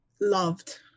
loved